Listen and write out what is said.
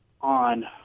on